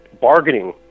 bargaining